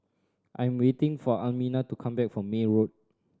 I am waiting for Almina to come back from May Road